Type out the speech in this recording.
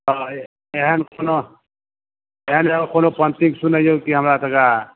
हँ एहन कोनो एहन कोनो पंक्ति सुनैयौ कि हमरा तनिका